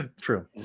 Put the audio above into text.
True